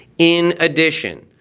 in addition,